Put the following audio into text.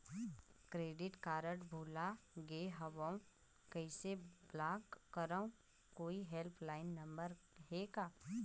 Credit card भुला गे हववं कइसे ब्लाक करव? कोई हेल्पलाइन नंबर हे का?